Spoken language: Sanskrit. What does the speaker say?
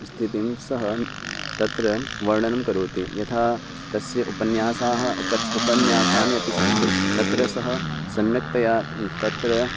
स्थितिं सः तत्र वर्णनं करोति यथा तस्य उपन्यासाः उपरि उपन्यासाः अपि सन्ति तत्र सः सम्यक्तया तत्र